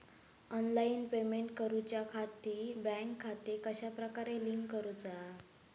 Online payment करुच्याखाती bank खाते कश्या प्रकारे लिंक करुचा?